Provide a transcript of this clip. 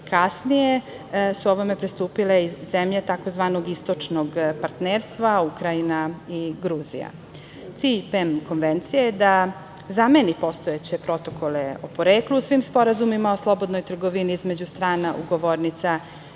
Kasnije su ovome pristupile zemlje iz tzv. Istočnog partnerstva, Ukrajina i Gruzija. Cilj PEM konvencije je da zameni postojeće protokole o poreklu svim sporazumima o slobodnoj trgovini između strana ugovornica